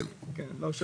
ככל